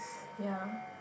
ya